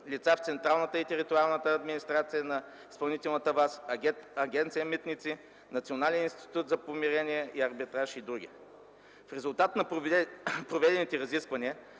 лица в централната и териториалната администрация на изпълнителната власт – Агенция „Митници”, Национален институт за помирение и арбитраж и други. В резултат на проведените разисквания